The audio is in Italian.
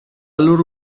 loro